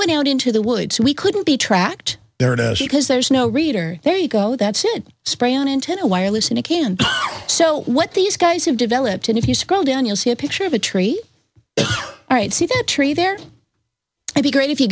went out into the woods we couldn't be tracked because there's no reader there you go that's it spray on intent a wireless in a can so what these guys have developed and if you scroll down you'll see a picture of a tree all right see that tree there would be great if you